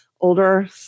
older